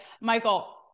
Michael